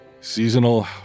seasonal